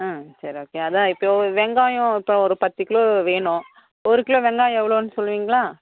ஆ சரி ஓகே அதான் இப்போ வெங்காயம் இப்போ ஒரு பத்து கிலோ வேணும் ஒரு கிலோ வெங்காயம் எவ்வளோன்னு சொல்லுவீங்களா